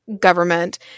Government